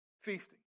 feasting